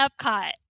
Epcot